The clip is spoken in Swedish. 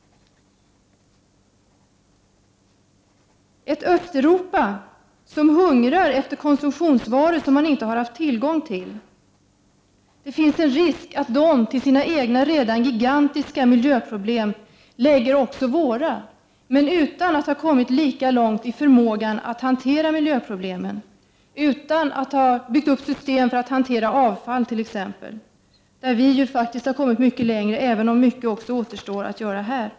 I Östeuropa hungrar man nu efter konsumtionsvaror som man där inte har haft tillgång till tidigare. Det finns en risk att detta Östeuropa till sina egna redan gigantiska miljöproblem lägger också de miljöproblem som vi har. Men man har inte i Östeuropa kommit lika långt som vi vad gäller förmågan att hantera miljöproblemen. Man har t.ex. inte byggt upp system för hantering av avfall. Vi har ju faktiskt kommit mycket längre på detta område, även om mycket återstår att göra här.